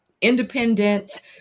independent